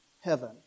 heaven